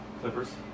clippers